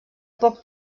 poc